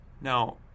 Now